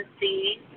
see